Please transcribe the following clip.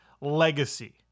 legacy